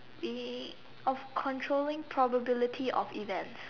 the of controlling probability of events